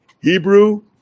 Hebrew